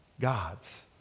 God's